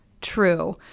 true